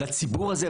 לציבור הזה,